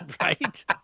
right